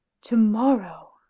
Tomorrow